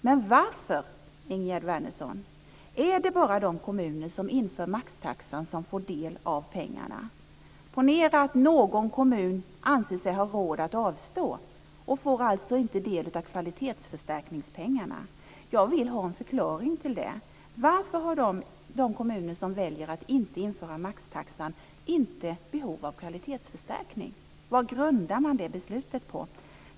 Men varför, Ingegerd Wärnersson, är det bara de kommuner som inför maxtaxan som får del av pengarna? Ponera att någon kommun anser sig ha råd att avstå. Då får man inte del av kvalitetsförstärkningspengarna. Jag vill ha en förklaring till detta. Varför har de kommuner som väljer att inte införa maxtaxan inte behov av kvalitetsförstärkning? Vad grundar man det beslutet på?